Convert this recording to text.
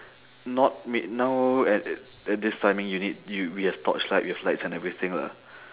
not me~ now at at this timing you need you we have torchlight we have lights and everything lah